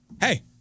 hey